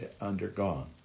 undergone